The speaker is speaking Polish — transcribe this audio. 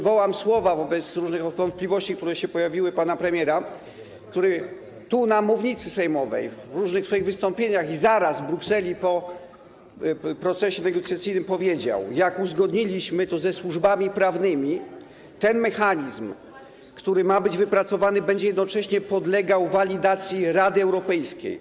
Wobec różnych wątpliwości, które się pojawiły, przywołam słowa pana premiera, który tu, na mównicy sejmowej, w różnych swoich wystąpieniach i zaraz w Brukseli po procesie negocjacyjnym powiedział: Jak uzgodniliśmy to ze służbami prawnymi, ten mechanizm, który ma być wypracowany, będzie jednocześnie podlegał walidacji Rady Europejskiej.